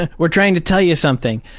and we're trying to tell you something!